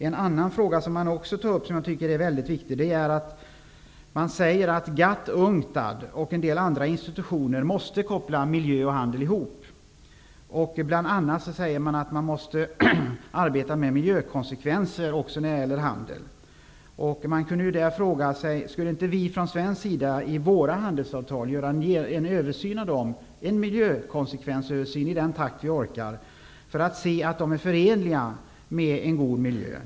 En annan fråga som också tas upp, som jag tycker är mycket viktig, är att GATT, UNCTAD och en del andra institutioner måste koppla ihop miljö och handel. Bl.a. sägs att man måste arbeta med miljökonsekvenser också när det gäller handel. Man kunde där fråga sig: Skulle inte vi från svensk sida göra en miljökonsekvensöversyn av våra handelsavtal i den takt vi orkar för att se efter att de är förenliga med en god miljö?